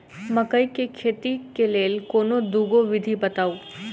मकई केँ खेती केँ लेल कोनो दुगो विधि बताऊ?